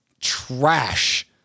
trash